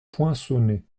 poinçonnet